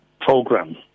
program